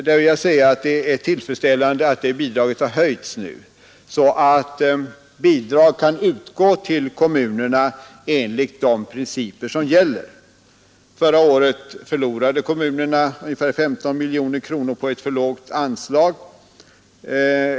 Det är tillfredsställande att detta bidrag nu har höjts, så att bidrag kan utgå till kommunerna enligt de principer som gäller. Förra året förlorade kommunerna ungefär 15 miljoner kronor på ett för lågt anslag.